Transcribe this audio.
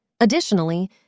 Additionally